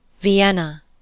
Vienna